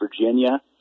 Virginia